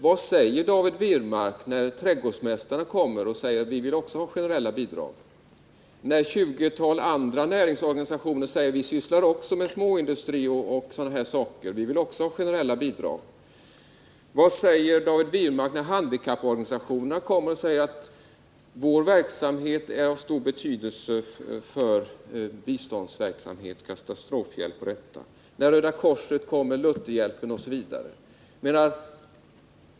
Vad svarar David Wirmark när trädgårdsmästarna kommer och säger att ”vi vill också ha generella bidrag”, när ett 20-tal andra näringsorganisationer säger att ”vi sysslar också med småindustri, vi vill också ha generella bidrag”? Vad svarar David Wirmark när handikapporganisationerna säger att ”vår verksamhet är av stor betydelse för biståndsverksamhet, katastrofhjälp och sådant”, när Röda korset, Lutherhjälpen, KF begär generella bidrag?